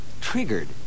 triggered